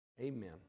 Amen